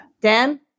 Dan